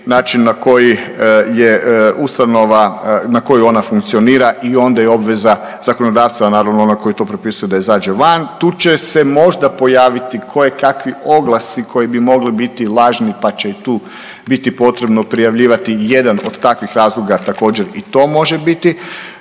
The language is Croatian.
na koji je ustanova, na koji ona funkcionira i onda je obveza zakonodavca, naravno onog koji to propisuje da izađe van. Tu će se možda pojaviti kojekakvi oglasi koji bi mogli biti lažni, pa će i tu biti potrebno prijavljivati i jedan od takvih razloga, također i to može biti.